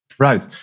Right